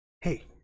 Hey